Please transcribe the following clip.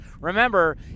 Remember